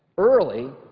early,